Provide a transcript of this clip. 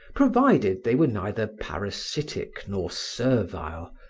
provided they were neither parasitic nor servile,